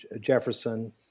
Jefferson